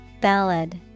Ballad